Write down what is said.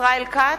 ישראל כץ,